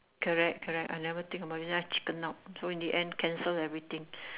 correct correct I never think about it so I chicken out in the end cancel everything